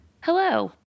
Hello